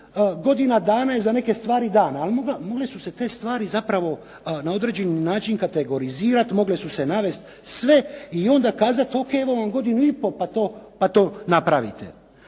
godina dana je za neke stvari dana ali mogle su se te stvari zapravo na određeni način kategorizirati, mogle su se navesti sve i onda kazati ok evo vam godinu i pol pa to napravite.